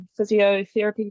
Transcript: physiotherapy